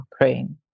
Ukraine